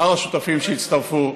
שאר השותפים שהצטרפו,